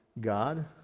God